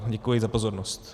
Děkuji za pozornost.